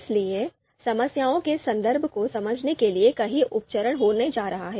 इसलिए समस्याओं के संदर्भ को समझने के लिए कई उप चरण होने जा रहे हैं